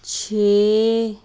ਛੇ